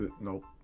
nope